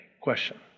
Question